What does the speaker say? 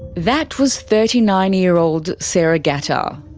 that was thirty nine year old sarah gatta.